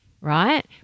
right